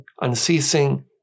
unceasing